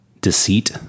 deceit